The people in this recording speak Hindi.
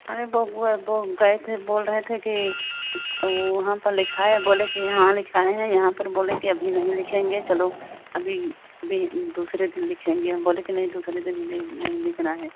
अरे बबुआ बो गए थे बोल रहे थे कि वह वहाँ पर लिखा है बोले हैं कि यहाँ लिखाए हैं यहाँ पर बोलें कि अभी नहीं लिखेंगे चलो अभी भी दूसरे की लिखेंगे हम बोले कि नहीं दूसरे की नहीं नहीं लिखना है